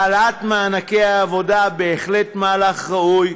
העלאת מענקי העבודה היא בהחלט מהלך ראוי,